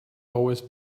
always